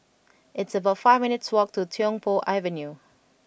It's about five minutes' walk to Tiong Poh Avenue